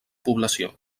població